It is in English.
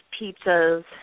pizzas